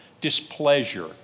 displeasure